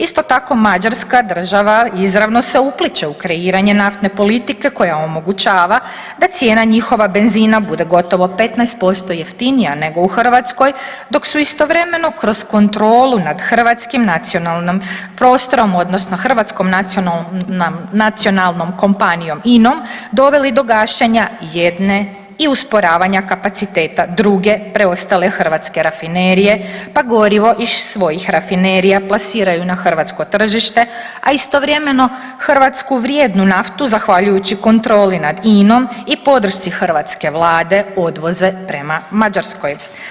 Isto tako Mađarska država izravno se upliće u kreiranje naftne politike koja omogućava da cijena njihova benzina bude gotovo 15% jeftinija nego u Hrvatskoj, dok su istovremeno kroz kontrolu nad hrvatskim nacionalnim prostorom, odnosno hrvatskom nacionalnom kompanijom INA-om doveli do gašenja jedne i usporavanja kapaciteta druge preostale hrvatske rafinerije, pa gorivo iz svojih rafinerija plasiraju na hrvatsko tržište, a istovremeno hrvatsku vrijednu naftu zahvaljujući kontroli na INA-om i podršci hrvatske Vlade odvoze prema Mađarskoj.